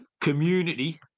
community